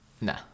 Nah